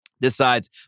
decides